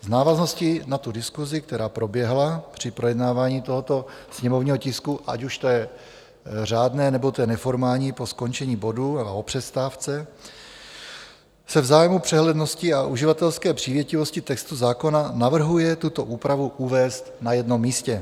V návaznosti na diskusi, která proběhla při projednávání tohoto sněmovního tisku, ať už té řádné, nebo té neformální po skončení bodu a o přestávce, se v zájmu přehlednosti a uživatelské přívětivosti textu zákona navrhuje tuto úpravu uvést na jednom místě.